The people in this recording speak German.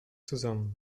zusammen